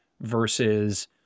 versus